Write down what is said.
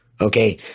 okay